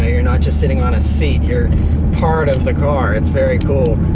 ah you're not just sitting on a seat, you're part of the car. it's very cool.